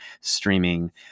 streaming